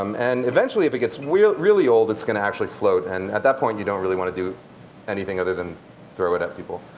um and eventually if it gets really, really old it's going to actually float. and at that point, you don't really want to do anything other than throw it at people.